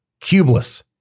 cubeless